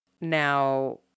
Now